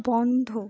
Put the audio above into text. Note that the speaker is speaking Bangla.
বন্ধ